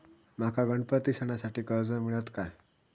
माका गणपती सणासाठी कर्ज मिळत काय?